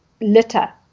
litter